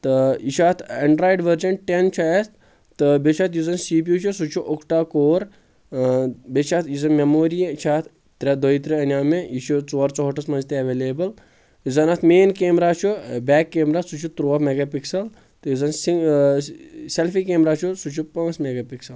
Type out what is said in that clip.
تہٕ یہِ چھُ اتھ ایٚنڈرایِڈ ؤرجن ٹیٚن چھُ اتھ تہٕ بییٚہِ چھُ اتھ یُس زن سی پی یو چھُ سُہ چھُ اوٚکٹا کور بییٚہِ چھِ اتھ یُس زن میموری چھِ اتھ ترٛےٚ دۄیترٕہ انیو مےٚ یہِ چھُ ژور ژُہٲٹَس منٛز تہِ ایٚولیبٕل یُس زن اتھ مین کیمرا چھُ بیک کیمرا سُہ چھُ تُرٕوا میگا پکسل تہٕ یُس زن سہ سیٚلفی کیمرا چھُ سُہ چھُ پانژھ میگا پکسل